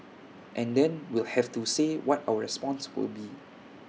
and then we'll have to say what our response will be